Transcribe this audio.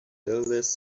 eldest